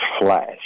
flash